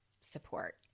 support